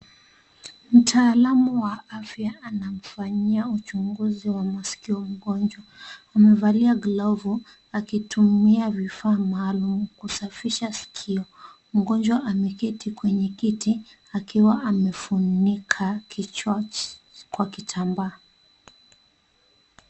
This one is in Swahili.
Mtaalamu wa afya anamfanyia uchuguzi wa masiko mgonjwa, amevalia glofu akitumia vifaa maalumu kusafisha sikio mgonjwa ameketi kwenye kiti akiwa amefunika kichwa kwa kitambaa.